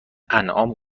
انعام